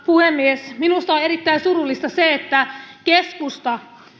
puhemies minusta on erittäin surullista se että keskusta